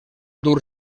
dur